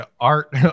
Art